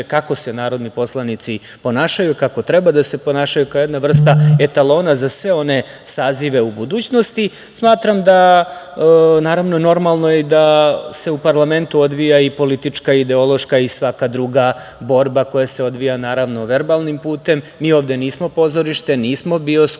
kako se narodni poslanici ponašaju, kako treba da se ponašaju, kao jedna vrsta etalona za sve one sazive u budućnosti. Normalno je da se u parlamentu odvija i politička, ideološka i svaka druga borba koja se odvija, naravno, verbalnim putem. Mi ovde nismo pozorište, nismo bioskop,